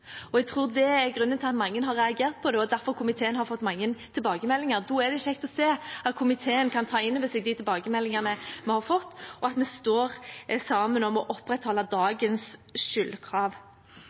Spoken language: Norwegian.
Jeg tror det er grunnen til at mange har reagert på det, og at komiteen derfor har fått mange tilbakemeldinger. Da er det kjekt å se at komiteen kan ta inn over seg de tilbakemeldingene vi har fått, og at vi står sammen om å opprettholde